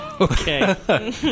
Okay